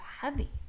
heavy